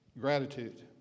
gratitude